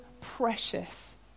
precious